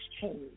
change